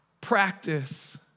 practice